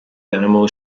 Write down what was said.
animals